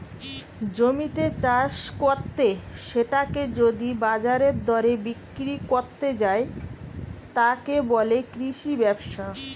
জমিতে চাষ কত্তে সেটাকে যদি বাজারের দরে বিক্রি কত্তে যায়, তাকে বলে কৃষি ব্যবসা